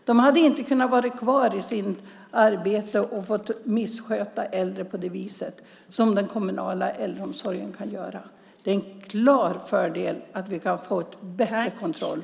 De hade inte kunnat vara kvar på sitt arbete och fått missköta äldre på det vis som den kommunala äldreomsorgen kan göra. Det är en klar fördel att vi kan få en bättre kontroll.